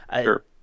Sure